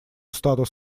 статус